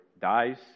dies